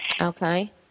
Okay